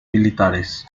militares